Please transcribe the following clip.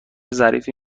ظریفی